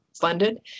funded